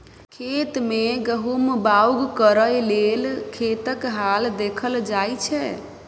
खेत मे गहुम बाउग करय लेल खेतक हाल देखल जाइ छै